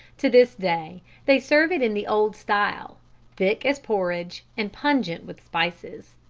to this day they serve it in the old style thick as porridge and pungent with spices.